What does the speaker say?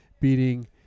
beating